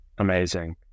Amazing